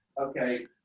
Okay